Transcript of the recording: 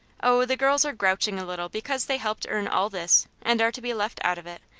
oh, the girls are grouching a little because they helped earn all this, and are to be left out of it,